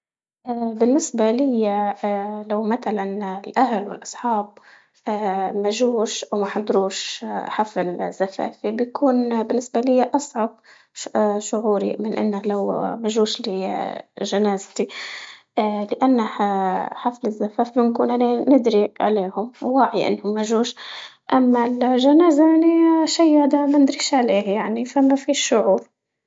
بالنسبة ليا لو متلا الأهل والأصحاب مجوش أو محضروش حفل زفافي بيكون بالنسبة ليا أصعب ش- شعوري من إنه لو مجوش ليا جنازتي ، لأنه حفل الزفاف بنكون أنا ندري عليهم وواعية إنهم مجوش، أما الجنازة يعني شي هادا مندريش عليه يعني فمفيش شعور.